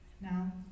now